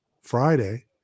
Friday